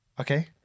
Okay